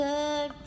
Good